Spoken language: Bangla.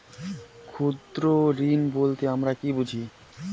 ক্ষুদ্র ঋণ বলতে আমরা কি বুঝি?